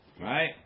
Right